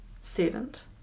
servant